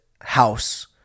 house